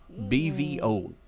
BVO